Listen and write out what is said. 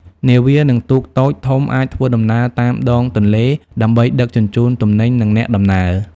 នាវា និងទូកតូចធំអាចធ្វើដំណើរតាមដងទន្លេ ដើម្បីដឹកជញ្ជូនទំនិញ និងអ្នកដំណើរ។